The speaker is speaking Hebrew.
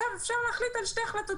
אפשר להחליט שתי החלטות